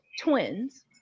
twins